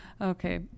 okay